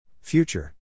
Future